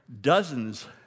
dozens